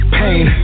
pain